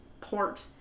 port